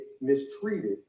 mistreated